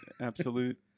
absolute